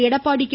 Edappadi K